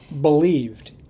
believed